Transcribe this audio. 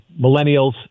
millennials